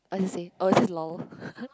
or the same or is it lol